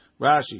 Rashi